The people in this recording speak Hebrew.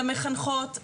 למחנכות,